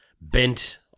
bent